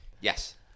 Yes